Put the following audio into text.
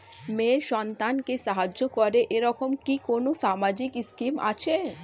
মেয়ে সন্তানকে সাহায্য করে এরকম কি কোনো সামাজিক স্কিম আছে?